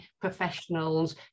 professionals